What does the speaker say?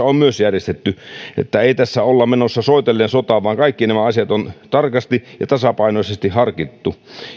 on myös järjestetty eli ei tässä olla menossa soitellen sotaan vaan kaikki nämä asiat on tarkasti ja tasapainoisesti harkittu